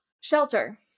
Shelter